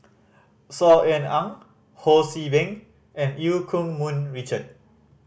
Saw Ean Ang Ho See Beng and Eu Keng Mun Richard